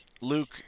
Luke